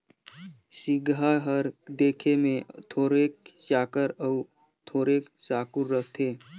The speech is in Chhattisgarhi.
सिगहा हर देखे मे थोरोक चाकर अउ थोरोक साकुर रहथे